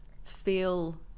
feel